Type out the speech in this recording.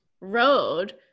road